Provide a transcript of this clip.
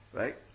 right